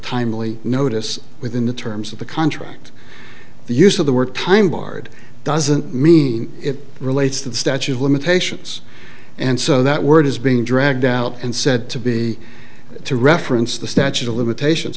timely notice within the terms of the contract the use of the word time barred doesn't mean it relates to the statute of limitations and so that word is being dragged out and said to be to reference the statute of limitations